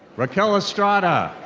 raquel estrada.